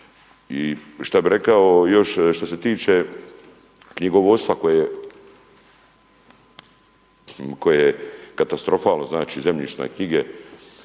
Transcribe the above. što bih rekao još što se tiče knjigovodstva koje je katastrofalno recimo zemljišne knjige